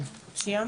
סיימת?